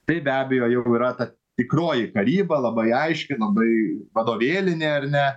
tai be abejo jau yra ta tikroji karyba labai aiškiai labai vadovėlinė ar ne